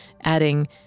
adding